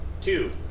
two